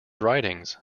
writings